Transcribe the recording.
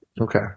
Okay